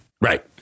right